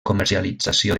comercialització